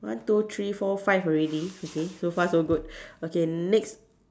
one two three four five already okay so far so good okay next